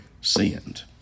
sinned